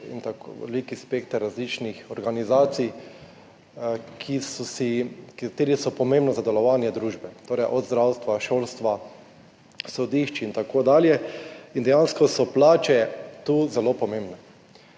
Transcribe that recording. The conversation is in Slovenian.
služb, velik spekter različnih organizacij, ki so pomembne za delovanje družbe, torej od zdravstva, šolstva, sodišč in tako dalje. Dejansko so plače tu zelo pomembne.